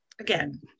again